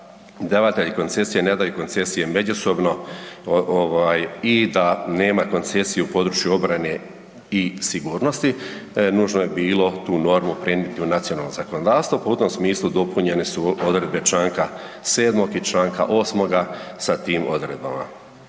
davatelji koncesije ne daju koncesije međusobno i da nema koncesije u području obrane i sigurnosti, nužno je bilo tu normu prenijeti u nacionalno zakonodavstvo pa u tom smislu dopunjene su odredbe čl. 7. i čl. 8. sa tim odredbama.